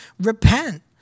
repent